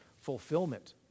fulfillment